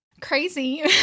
Crazy